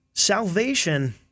Salvation